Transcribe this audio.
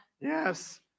Yes